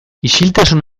isiltasun